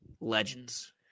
Legends